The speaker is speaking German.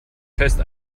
fest